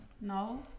No